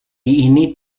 ini